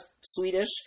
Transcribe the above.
Swedish